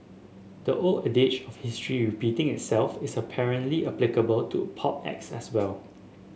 the old adage of history repeating itself is apparently applicable to pop acts as well